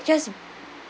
just